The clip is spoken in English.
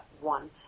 One